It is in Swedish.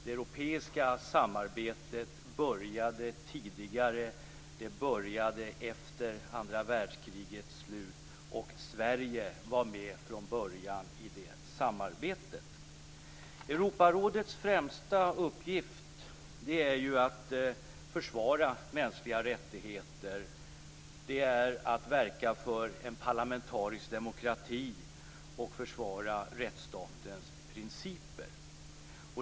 Det europeiska samarbetet började, som sagt, tidigare. Det började efter andra världskrigets slut, och Sverige var med från början i det samarbetet. Europarådets främsta uppgift är att försvara mänskliga rättigheter, att verka för en parlamentarisk demokrati och att försvara rättsstatens principer.